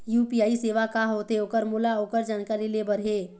UPI सेवा का होथे ओकर मोला ओकर जानकारी ले बर हे?